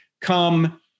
come